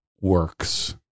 works